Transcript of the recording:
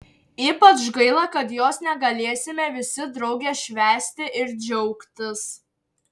ypač gaila kad jos negalėsime visi drauge švęsti ir džiaugtis